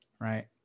right